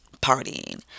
Partying